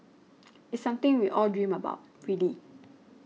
it's something we all dream about really